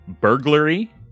burglary